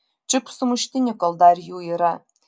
čiupk sumuštinį kol dar jų yra